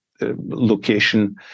location